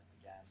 again